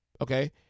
okay